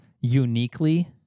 uniquely